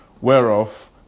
whereof